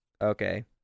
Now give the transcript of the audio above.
Okay